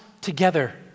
together